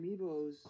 Amiibos